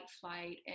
flight